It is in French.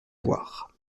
boire